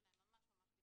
שלהם ממש ממש בקצרה,